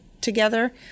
together